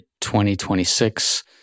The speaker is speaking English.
2026